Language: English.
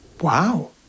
Wow